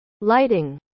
lighting